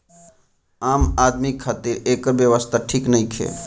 आम आदमी खातिरा एकर व्यवस्था ठीक नईखे